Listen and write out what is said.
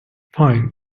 fine